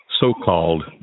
so-called